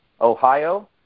Ohio